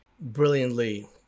brilliantly